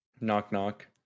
Knock-knock